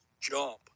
Jump